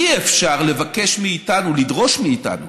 אי-אפשר לבקש מאיתנו, לדרוש מאיתנו,